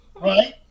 right